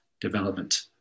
development